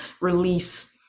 release